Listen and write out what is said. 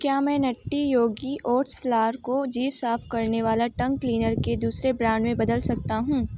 क्या मैं nutty yogi oats flour को जीभ साफ करने वाला टंग क्लीनर के दूसरे ब्रांड में बदल सकता हूँ